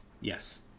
Yes